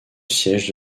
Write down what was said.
siège